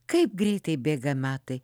kaip greitai bėga metai